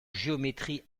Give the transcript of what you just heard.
géométrie